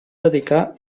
dedicar